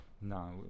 No